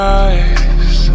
eyes